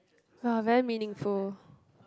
ya very meaningful